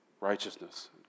righteousness